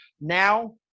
Now